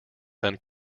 gun